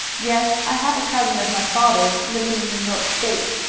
yes i have a cousin of my father's living in new york state.